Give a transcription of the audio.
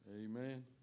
Amen